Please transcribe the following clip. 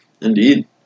indeed